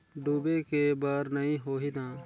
डूबे के बर नहीं होही न?